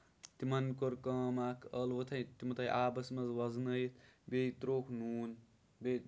تِمن کوٚر کٲم اکھ ٲلوٕ تھٲوو تِم تھٲوو آبس منٛز وَزنٲیِتھ بیٚیہِ تراوُکھ نوٗن بیٚیہِ